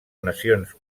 nacions